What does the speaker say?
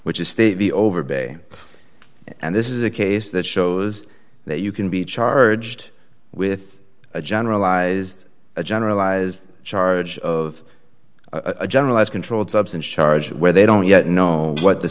which is the overbet and this is a case that shows that you can be charged with a generalized a generalized charge of a generalized controlled substance charge where they don't yet know what the